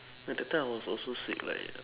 ya that time I was also sick like